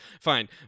fine